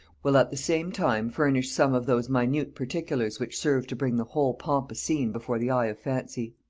will at the same time furnish some of those minute particulars which serve to bring the whole pompous scene before the eye of fancy.